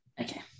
Okay